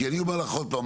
כי אני אומר לך עוד פעם,